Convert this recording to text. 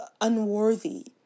unworthy